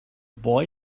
boy